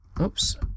oops